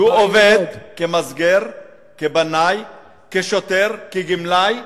שעובד כמסגר, כבנאי, כשוטר, גמלאי,